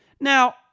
Now